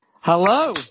Hello